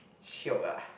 shiok ah